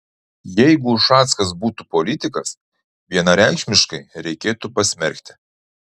jeigu ušackas būtų politikas vienareikšmiškai reikėtų pasmerkti